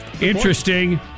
interesting